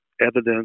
evidence